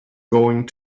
going